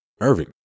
Irving